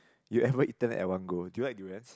you ever eaten at one go do you like durians